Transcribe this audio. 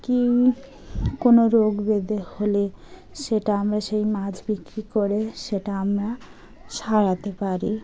কি কোনো রোগ ব্যাধি হলে সেটা আমরা সেই মাছ বিক্রি করে সেটা আমরা ছাড়াতে পারি